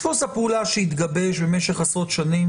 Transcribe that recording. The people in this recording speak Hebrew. דפוס הפעולה שהתגבש במשך עשרות שנים